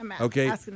Okay